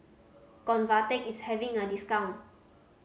convatec is having a discount